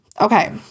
Okay